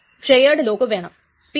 2 PL ന്റെ strict version പോലെ